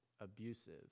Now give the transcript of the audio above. abusive